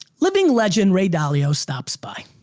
living legend ray dalio stops by.